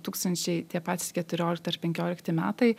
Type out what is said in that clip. tūkstančiai tie patys keturiolikti ar penkiolikti metai